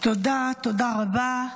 תודה רבה.